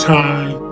time